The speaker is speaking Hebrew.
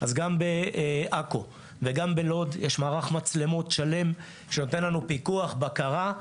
אז גם בעכו ובלוד יש מערך מצלמות שלם שנותן לנו פיקוח ובקרה.